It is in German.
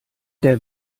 der